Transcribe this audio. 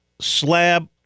slab